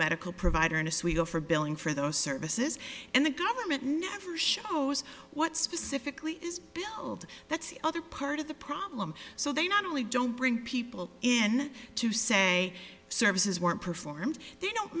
medical provider in a suite or for billing for those services and the government never shows what specifically is that's the other part of the problem so they not only don't bring people in to say services weren't performed they don't